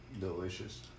Delicious